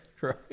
Right